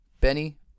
Benny